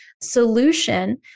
solution